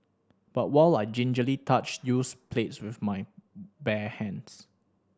but while I gingerly touched used plates with my bare hands